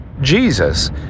Jesus